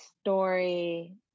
story